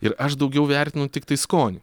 ir aš daugiau vertinu tiktai skonį